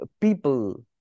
people